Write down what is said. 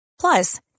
Plus